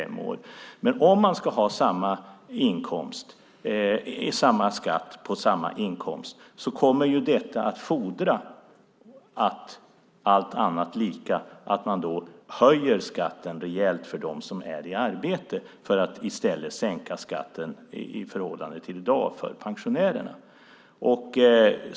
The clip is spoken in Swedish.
Men om man ska ha samma skatt på samma inkomst kommer detta att fordra att man då höjer skatten rejält för dem som är i arbete för att i stället sänka skatten i förhållande till i dag för pensionärerna.